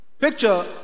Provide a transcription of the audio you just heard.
picture